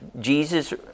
Jesus